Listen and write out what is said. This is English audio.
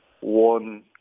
one